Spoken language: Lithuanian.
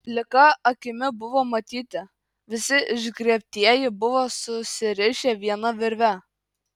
plika akimi buvo matyti visi išgriebtieji buvo susirišę viena virve